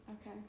Okay